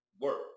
work